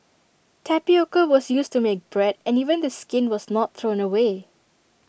tapioca was used to make bread and even the skin was not thrown away